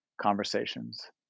conversations